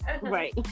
right